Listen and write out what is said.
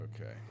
Okay